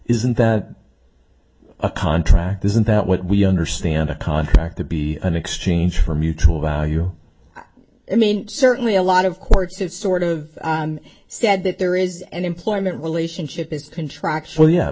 isn't that a contract isn't that what we understand a contract to be an exchange for mutual value i mean certainly a lot of courts have sort of said that there is an employment relationship is contractual